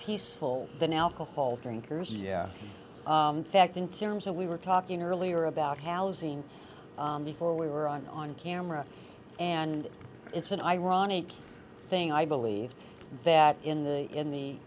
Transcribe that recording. peaceful than alcohol drinkers fact in terms of we were talking earlier about housing before we were on on camera and it's an ironic thing i believe that in the in the